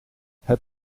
het